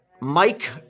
mike